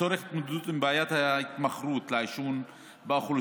ולצורך התמודדות עם בעיית ההתמכרות לעישון באוכלוסייה,